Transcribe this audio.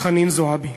חנין זועבי.